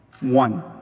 One